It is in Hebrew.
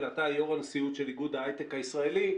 אלא אתה יושב-ראש הנשיאות של איגוד ההיי-טק הישראלי.